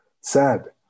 sad